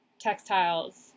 textiles